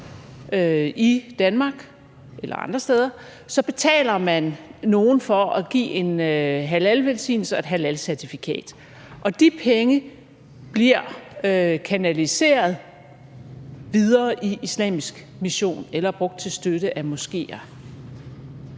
i Danmark eller andre steder, betaler man nogen for at give en halalvelsignelse og et halalcertifikat, og de penge bliver kanaliseret videre i islamisk mission eller brugt til støtte af moskéer.